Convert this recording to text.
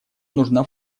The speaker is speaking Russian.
нужна